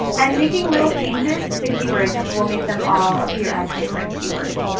and making little changes to keywords will make them all appear as different keywords.